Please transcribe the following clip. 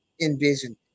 envision